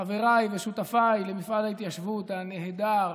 חבריי ושותפיי למפעל ההתיישבות הנהדר,